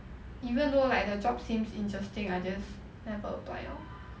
even though like the job seems interesting I just then I don't apply lor